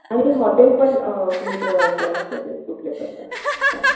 आणि हॉटेल पण तुम्ही प्रोव्हाइड करा सजेस्ट कुठले करता तर काय